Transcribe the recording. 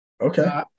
Okay